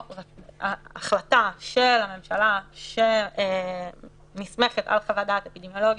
ההחלטה של הממשלה שנסמכת על חוות דעת אפידמיולוגית,